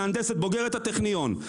מהנדסת בוגרת הטכניון,